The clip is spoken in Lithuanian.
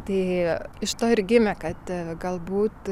tai iš to ir gimė kad galbūt